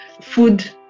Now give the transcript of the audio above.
Food